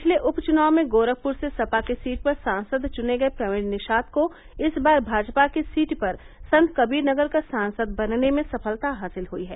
पिछले उप च्नाव में गोरखपुर से सपा की सीट पर सांसद चुने गये प्रवीण निषाद को इस बार भाजपा की सीट पर संत कबीर नगर का सांसद बनने में सफलता हासिल हयी है